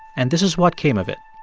and this is what came of it.